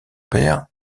père